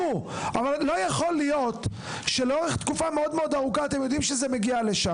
יודעים שזה מגיע לשם לאורך תקופה מאוד מאוד ארוכה אז זה לא יכול להיות.